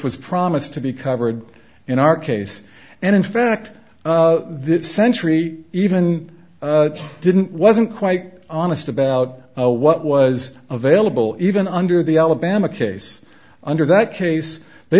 was promised to be covered in our case and in fact this century even didn't wasn't quite honest about what was available even under the alabama case under that case they